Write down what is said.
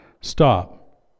Stop